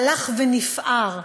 הלך ונפער,